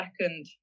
second